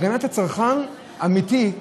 הגנת הצרכן אמיתית,